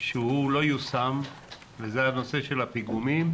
שהוא לא יושם וזה הנושא של הפיגומים